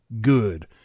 good